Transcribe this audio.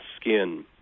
skin